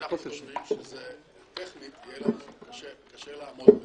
אנחנו חושבים שטכנית יהיה לנו קשה לעמוד בזה.